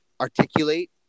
articulate